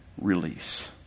release